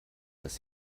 dass